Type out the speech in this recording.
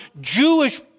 Jewish